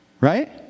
Right